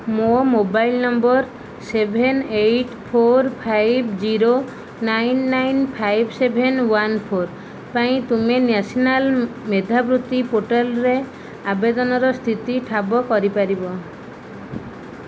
ମୋ' mobile number seven eight four five zero nine nine five seven one four ପାଇଁ ତୁମେ national ମେଧାବୃତ୍ତି ପୋର୍ଟାଲରେ ଆବେଦନର ସ୍ଥିତି ଠାବ କରି ପାରିବ